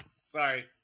sorry